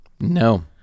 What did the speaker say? No